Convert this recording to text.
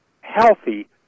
healthy